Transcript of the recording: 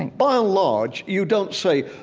and by and large, you don't say,